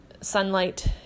sunlight